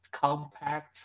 compact